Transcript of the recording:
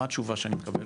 מה התשובה שאני מקבל?